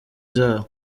zabo